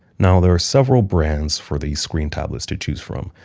now, there are several brands for these screen tablets to choose from.